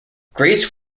grace